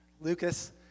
Lucas